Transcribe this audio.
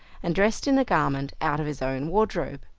and dressed in a garment out of his own wardrobe.